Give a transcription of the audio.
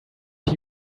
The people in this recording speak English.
you